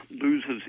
loses